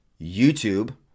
YouTube